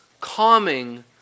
calming